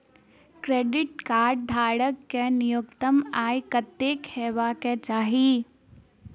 Credit card धारक कऽ न्यूनतम आय कत्तेक हेबाक चाहि?